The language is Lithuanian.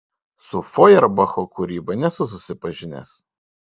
su fojerbacho kūryba nesu susipažinęs